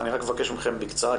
אני רק מבקש מכם בקצרה,